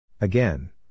Again